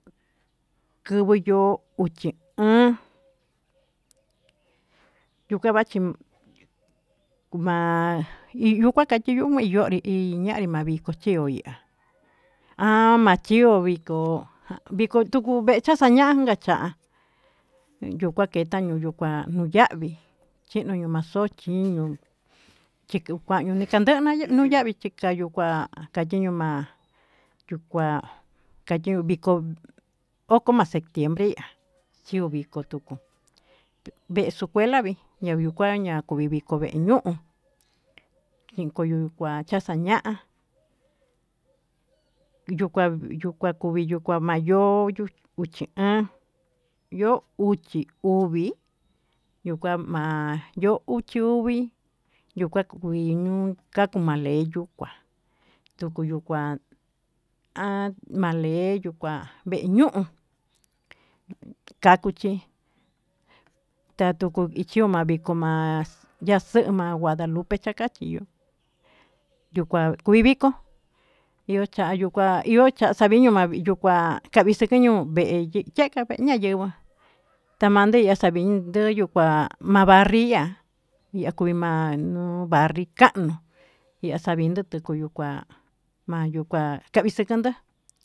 Kuvuu yuu uxi o'on, yukavachpin ma'a hí yukua kachi yuu niyunrí hi ñanri ma'a viko chí oye'a ha machió viko tukuu takaxañanka chí, ka'a yukua keta yuu kuá nuu yavii chí nono maxo'o chiño'o chiko kuandio ni kandena nuu yavii chikayuu kua kandeyu ma'a, yuu kua kayo viko oko ma'a septiembre ma'a yuu viko tukó vee escuela vee ña'a yukua ñaku viko, viko vee ñuu nikuyuu kua taxaña'a yuu kua vii yuu kua mayó oyuu yuchí an yo'o uchi uvii, yuu kua ma'a yo'ó uu chuví yuu kua kuiñu kaku maleyu kuá nduku luu kua ha maleyu kuá, vee ñuu kakuchí tatu ichuma'a ma'a viko ma'a ya'a kuema guadalupec kachachió, yuu kuá kuí vikó iho cha'a yuu kua iho chá xaviño ma'a yuu kuá xavixikañu ka'a vii xaka ña'a yengua yatande maxavin tuu yuu kua ma'a banriá ya kuii ma'a nuu banri kanu ya'a xavindu ma'a kuyu kuá ma'a yuu kua tayixakantá.